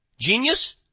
Genius